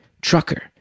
Trucker